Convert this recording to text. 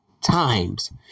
times